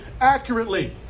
accurately